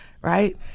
right